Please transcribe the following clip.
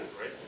right